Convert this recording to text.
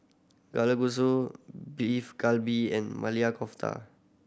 Kalguksu Beef Galbi and Maili Kofta